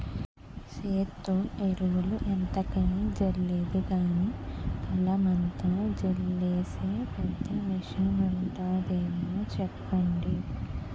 సేత్తో ఎరువులు ఎంతకని జల్లేది గానీ, పొలమంతా జల్లీసే పెద్ద మిసనుంటాదేమో సెప్పండి?